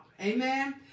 amen